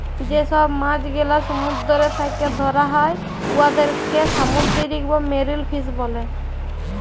যে ছব মাছ গেলা সমুদ্দুর থ্যাকে ধ্যরা হ্যয় উয়াদেরকে সামুদ্দিরিক বা মেরিল ফিস ব্যলে